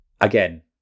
again